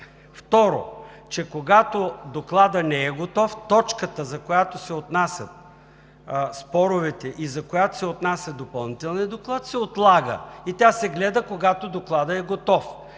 Второ, когато Докладът не е готов, точката, за която се отнасят споровете и за която се отнася допълнителният доклад се отлага и тя се гледа, когато докладът е готов,